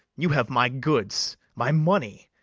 you have my goods, my money,